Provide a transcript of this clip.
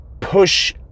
push